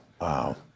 Wow